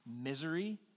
misery